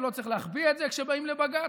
ולא צריך להחביא את זה כשבאים לבג"ץ.